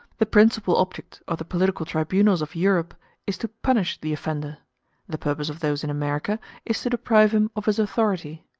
the principal object of the political tribunals of europe is to punish the offender the purpose of those in america is to deprive him of his authority.